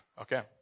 Okay